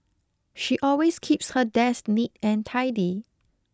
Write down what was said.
she always keeps her desk neat and tidy